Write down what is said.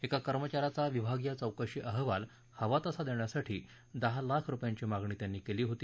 एका कर्मचा याचा विभागीय चौकशी अहवाल हवा तसा देण्यासाठी दहा लाख रुपयांची मागणी त्यांनी केली होती